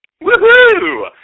Woo-hoo